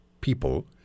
people